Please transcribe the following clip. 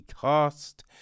cast